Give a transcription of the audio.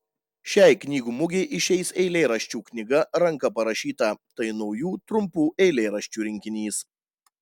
šiai knygų mugei išeis eilėraščių knyga ranka parašyta tai naujų trumpų eilėraščių rinkinys